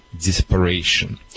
desperation